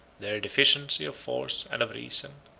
their deficiency of force and of reason.